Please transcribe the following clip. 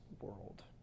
world